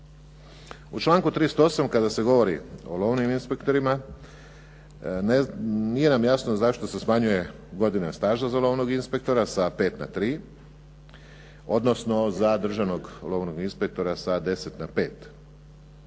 U članku 38. kada se govori o lovnim inspektorima, nije nam jasno zašto se smanjuje godina staža za lovnog inspektora sa 5 na 3, odnosno za državnog lovnog inspektora sa 10 na 5?